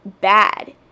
bad